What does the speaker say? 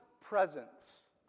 presence